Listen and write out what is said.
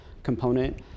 component